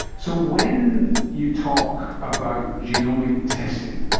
so when you talk about genomic testing,